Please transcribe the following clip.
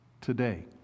today